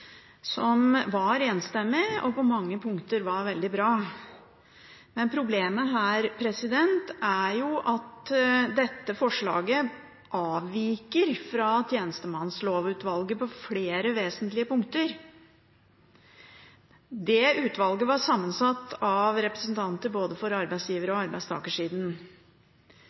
som var enstemmig og på mange punkter veldig bra. Problemet her er at dette forslaget avviker fra tjenestemannslovutvalget på flere vesentlige punkter. Det utvalget var sammensatt av representanter fra både arbeidsgiver- og arbeidstakersiden.